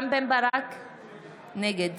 נגד